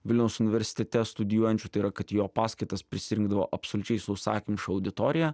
vilniaus universitete studijuojančių tai yra kad į jo paskaitas prisirinkdavo absoliučiai sausakimša auditorija